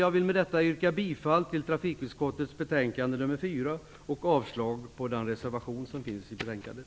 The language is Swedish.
Jag vill med detta yrka bifall till trafikutskottets betänkande nr 4 och avslag på den reservation som finns i betänkandet.